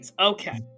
Okay